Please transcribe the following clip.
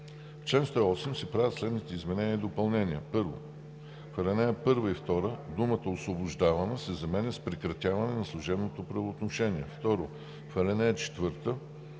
чл. 108 се правят следните изменения и допълнения: 1. В ал. 1 и 2 думата „освобождаване“ се заменя с „прекратяване на служебното правоотношение“. 2. В ал. 4